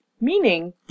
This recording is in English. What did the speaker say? meaning